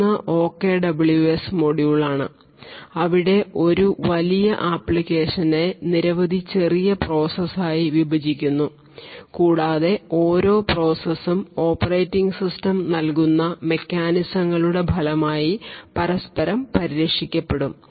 ഒന്ന് OKWS മൊഡ്യൂളാണ് അവിടെ ഒരു വലിയ ആപ്ലിക്കേഷനെ നിരവധി ചെറിയ പ്രോസസ്സ് ആയി വിഭജിക്കുന്നു കൂടാതെ ഓരോ പ്രോസസും ഓപ്പറേറ്റിംഗ് സിസ്റ്റം നൽകുന്ന മെക്കാനിസങ്ങളുടെ ഫലമായി പരസ്പരം പരിരക്ഷിക്കപ്പെടും